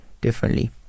differently